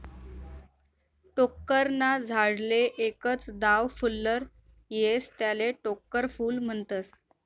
टोक्कर ना झाडले एकच दाव फुल्लर येस त्याले टोक्कर फूल म्हनतस